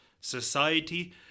Society